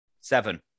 Seven